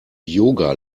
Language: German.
yoga